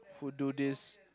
who do this